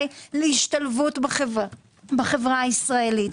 להשתלבות בחברה הישראלית,